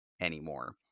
anymore